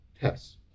tests